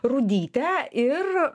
rudytę ir